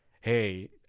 hey